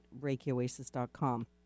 ReikiOasis.com